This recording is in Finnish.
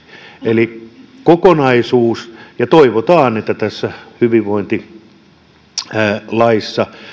eli kokonaisuus ja toivotaan että tässä hyvinvointilaissa